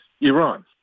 Iran